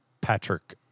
Patrick